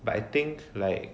but I think like